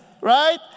Right